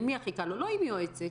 לא עם יועצת.